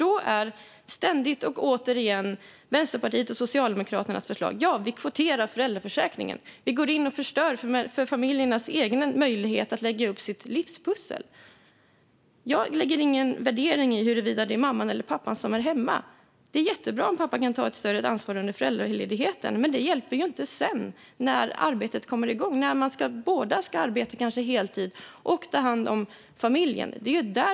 Då är ständigt och återigen Vänsterpartiets och Socialdemokraternas förslag: Vi kvoterar föräldraförsäkringen. Vi går in och förstör för familjernas egen möjlighet att lägga sitt livspussel. Jag lägger ingen värdering i huruvida det är mamman eller pappan som är hemma. Det är jättebra om pappan kan ta ett större ansvar under föräldraledigheten. Men det hjälper inte senare, när båda ska arbeta heltid och ta hand om familjen.